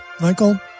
Michael